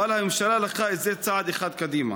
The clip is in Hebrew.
אבל הממשלה לקחה את זה צעד אחד קדימה.